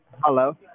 Hello